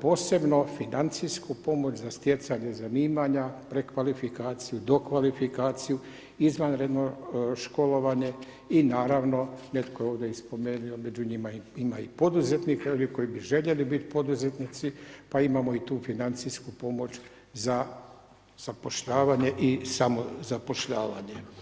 posebno financijsku pomoć za stjecanje zanimanja, prekvalifikaciju, dokvalifikaciju, izvanredno školovanje i naravno netko je ovdje i spomenuo, među njima ima i poduzetnika i oni koji bi željeli biti poduzetnici, pa imamo i tu financijsku pomoć za zapošljavanje i samozapošljavanje.